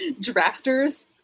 drafters